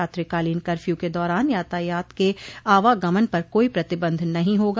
रात्रिकालीन कर्फ्यू के दौरान यातायात के आवागमन पर कोई प्रतिबंध नही होगा